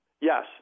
Yes